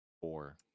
four